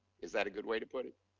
is that a good way to put it?